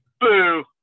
Boo